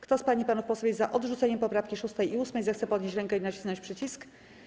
Kto z pań i panów posłów jest za odrzuceniem poprawki 6. i 8., zechce podnieść rękę i nacisnąć przycisk.